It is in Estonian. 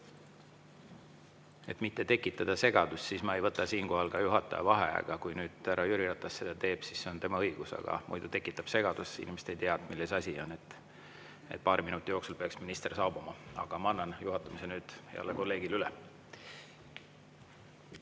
Et mitte tekitada segadust, ma ei võta siinkohal juhataja vaheaega. Kui nüüd härra Jüri Ratas seda teeb, siis see on tema õigus, aga muidu tekitab segadust – inimesed ei tea, milles asi on. Paari minuti jooksul peaks minister saabuma. Aga ma annan nüüd juhatamise heale kolleegile üle.